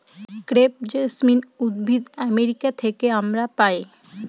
crepe jasmine উদ্ভিদ America থেকে আমরা পাই